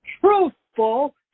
truthful